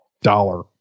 dollar